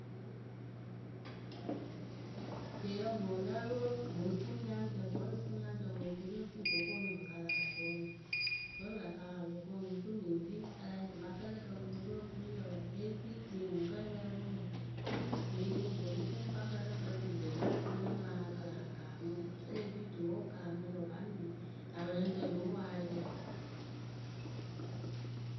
Tie ŋwɨ lǝ́ǝ pɨ mɨ ŋ fuu nyaŋrǝ vǝ́ lo fuu mɨ okuri ŋ fǝ ŋ ko koonu pǝ kala pɨ koonu ŋwɨ. Wǝ́ pɨ la kala pɨ lo koonu ŋwɨ ŋ fɨ mɨ ŋ kpii a la nyuɩŋ kɨkpakǝ lǝ gǝ kɨ lo ru okuriyǝ wǝǝ e kpii tie ŋwɨ kǝ́ nǝ́ǝ pɨ wǝǝ. Nyiyǝ kɨ ŋ po ko fuu kɨkpakǝ lǝ gǝ kɨ loo ru okurui amaa kɨ laa kaamɨ ŋwɨ wǝ́ e le kpii tuwǝ wɨ ŋ kaamɨ lǝ̈ anyɩŋ lä wɛɛlɛŋrǝ lóo poŋ ayɩrɩ.